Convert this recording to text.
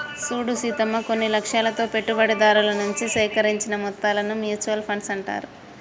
చూడు సీతమ్మ కొన్ని లక్ష్యాలతో పెట్టుబడిదారుల నుంచి సేకరించిన మొత్తాలను మ్యూచువల్ ఫండ్స్ అంటారు